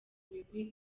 migwi